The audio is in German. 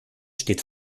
steht